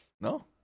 No